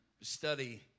study